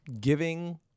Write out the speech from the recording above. giving